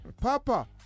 Papa